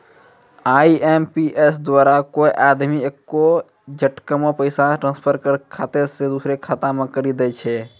IMPS द्वारा कोय आदमी एक्के झटकामे पैसा ट्रांसफर एक खाता से दुसरो खाता मे करी दै छै